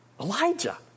Elijah